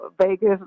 Vegas